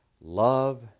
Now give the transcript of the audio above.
love